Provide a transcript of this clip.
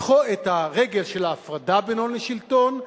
את הרגל של ההפרדה בין הון לשלטון,